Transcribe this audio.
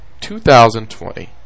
2020